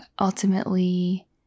ultimately